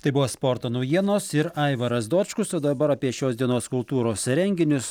tai buvo sporto naujienos ir aivaras dočkus o dabar apie šios dienos kultūros renginius